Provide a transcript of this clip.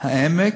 "העמק",